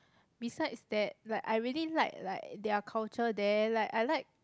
besides that like I really like like their culture there like I like